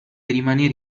rimanere